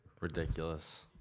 Ridiculous